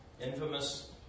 infamous